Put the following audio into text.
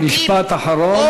משפט אחרון.